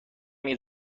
این